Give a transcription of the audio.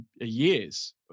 years